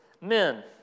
men